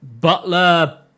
butler